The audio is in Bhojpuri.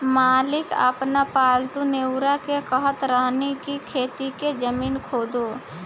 मालिक आपन पालतु नेओर के कहत रहन की खेत के जमीन खोदो